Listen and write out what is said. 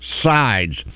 sides